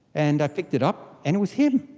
and i picked it up and it was him.